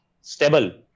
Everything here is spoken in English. stable